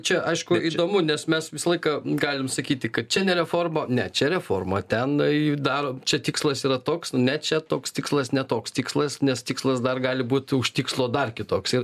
čia aišku įdomu nes mes visą laiką galim sakyti kad čia ne reforma ne čia reforma ten daro čia tikslas yra toks ne čia toks tikslas ne toks tikslas nes tikslas dar gali būt tikslo dar kitoks ir